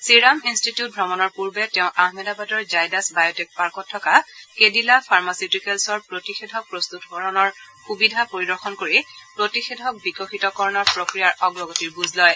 serum institute ভ্ৰমণৰ পূৰ্বে তেওঁ আহমেদাবাদৰ জায়দাছ বায় টেক পাৰ্কত থকা কেডিলা ফাৰ্মচিউটিকেলছ্ৰ প্ৰতিষেধক প্ৰস্ততকৰণৰ সুবিধা পৰিদৰ্শন কৰি প্ৰতিষেধক বিকশিতকৰণৰ প্ৰক্ৰিয়াৰ অগ্ৰগতিৰ বুজ লয়